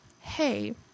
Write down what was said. hey